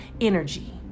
energy